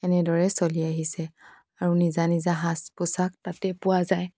এনেদৰেই চলি আহিছে আৰু নিজা নিজা সাজ পোছাক তাতে পোৱা যায়